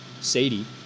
Sadie